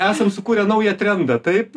esam sukūrę naują trendą taip